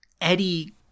Eddie